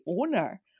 owner